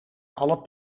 alle